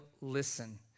listen